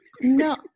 No